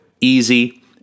easy